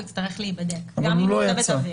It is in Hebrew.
הוא יצטרך להיבדק גם אם הוא צוות אוויר.